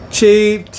Cheap